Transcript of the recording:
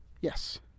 Yes